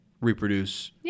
reproduce